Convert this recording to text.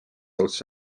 els